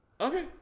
Okay